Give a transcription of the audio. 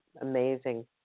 amazing